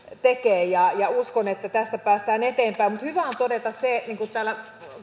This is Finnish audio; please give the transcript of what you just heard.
tekee ja ja uskon että tästä päästään eteenpäin mutta hyvä on todeta se niin kuin täällä